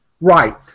Right